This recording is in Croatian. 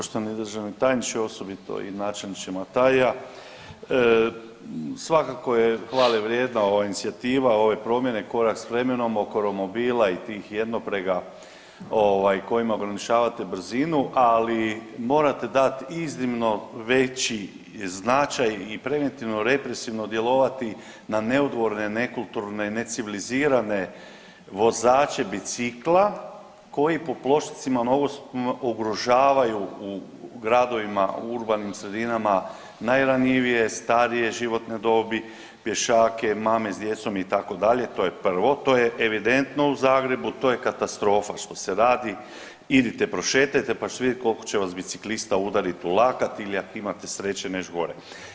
Poštovani državni tajniče, osobito i načelniče Mataija, svakako je hvale vrijedna ova inicijativa, ove promjene, korak s vremenom oko romobila i tih jednoprega kojima ograničavate brzinu, ali morate dati iznimno veći značaj i preventivno represivno djelovati na neodgovorne, nekulturne i necivilizirane vozače bicikla koji po pločnicima, nogostupima ugrožavaju u gradovima, u urbanim sredinama najranjivije, starije životne dobi, pješake, mame s djecom, itd., to je prvo, to je evidentno u Zagrebu, to je katastrofa što se radi, idite prošetajte pa ćete vidjeti koliko će vas biciklista udariti u lakat ili ako imate sreće, neš' gore.